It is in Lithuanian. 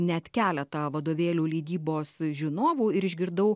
net keletą vadovėlių leidybos žinovų ir išgirdau